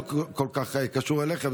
זה לא כל כך קשור אליכם,